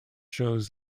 shows